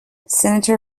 senator